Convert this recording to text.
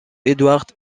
edward